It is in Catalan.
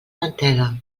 mantega